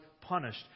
punished